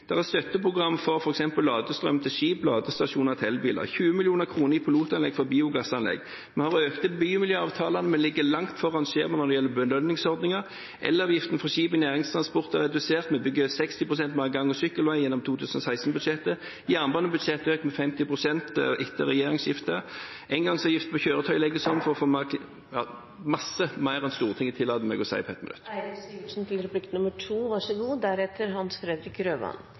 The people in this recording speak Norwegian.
er støtteprogram for f.eks. ladestrøm til skip, ladestasjoner til elbiler, og 20 mill. kr i pilotanlegg for biogassanlegg. Vi har økte bymiljøavtaler, og vi ligger langt foran skjema når det gjelder belønningsordningen. Elavgiften for skip i næringstransport er redusert, og vi bygger 60 pst. mer gang- og sykkelveier gjennom 2016-budsjettet. Jernbanebudsjettet er økt med 50 pst. etter regjeringsskiftet. Engangsavgiften for kjøretøy legges om … og masse mer enn Stortinget tillater meg å si på 1 minutt. Jeg er glad for at statsråden mener at han leverer som han har lovt. Det tror jeg mange av velgerne hans